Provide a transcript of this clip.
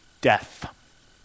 death